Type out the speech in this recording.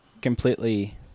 completely